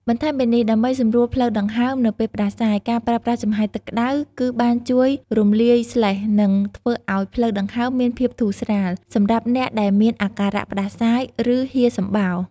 បន្ថែមពីនេះ ដើម្បីសម្រួលផ្លូវដង្ហើមនៅពេលផ្តាសាយ ការប្រើប្រាស់ចំហាយទឹកក្តៅគឺបានជួយរំលាយស្លេស្ម និងធ្វើឲ្យផ្លូវដង្ហើមមានភាពធូរស្រាល សម្រាប់អ្នកដែលមានអាការៈផ្តាសាយ ឬហៀរសំបោរ។